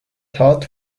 taught